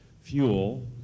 fuel